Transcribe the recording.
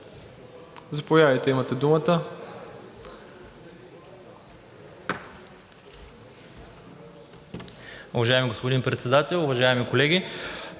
Заповядайте, имате думата.